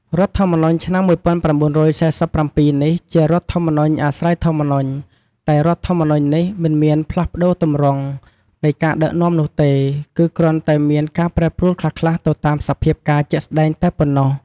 រដ្ឋធម្មនុញ្ញឆ្នាំ១៩៤៧នេះជារដ្ឋធម្មនុញ្ញអាស្រ័យធម្មនុញ្ញតែរដ្ឋធម្មនុញ្ញនេះ មិនមានផ្លាស់បប្តូរទម្រង់ នៃការដឹកនាំនោះទេ គឺគ្រាន់តែមានការប្រែប្រួលខ្លះៗ ទៅតាមសភាពការណ៍ជាក់ស្តែងតែប៉ុណ្ណោះ។